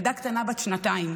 ילדה קטנה בת שנתיים.